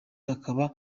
akaba